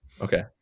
okay